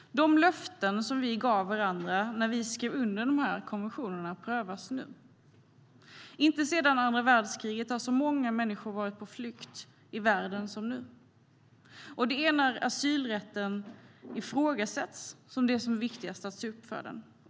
De löften som vi gav varandra när vi skrev under de konventionerna prövas nu. Inte sedan andra världskriget har så många människor varit på flykt i världen som nu. Det är när asylrätten ifrågasätts som det är som viktigast att stå upp för den.